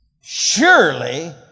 surely